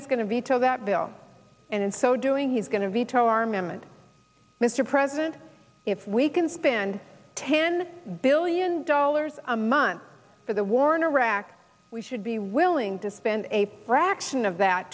he's going to veto that bill and in so doing he's going to veto armament mr president if we can spend ten billion dollars a month for the war in iraq we should be willing to spend a fraction of that